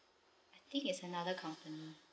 I think it's another company